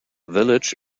village